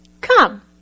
come